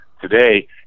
today